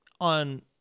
on